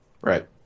Right